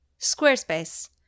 Squarespace